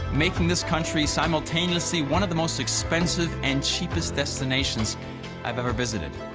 making this country simultaneously one of the most expensive and cheapest destinations i've ever visited.